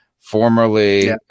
Formerly